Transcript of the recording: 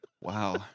Wow